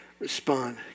respond